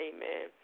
Amen